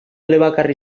elebakar